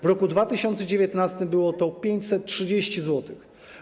W roku 2019 było to 530 zł.